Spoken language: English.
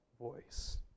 voice